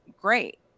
Great